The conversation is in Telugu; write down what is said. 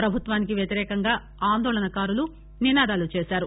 పభుత్వానికి వ్యతిరేకంగా ఆందోళనకారులు నినాదాలు చేశారు